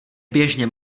běžně